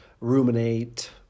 ruminate